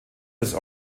des